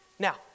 Now